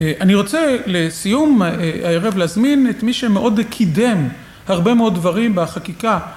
אני רוצה לסיום הערב להזמין את מי שמאוד קידם הרבה מאוד דברים בחקיקה